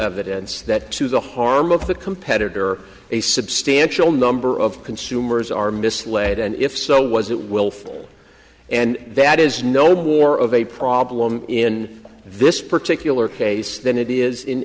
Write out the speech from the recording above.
evidence that the harm of the competitor a substantial number of consumers are misled and if so was it willful and that is no more of a problem in this particular case than it is in